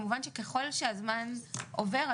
כמובן שככל שהזמן עובר,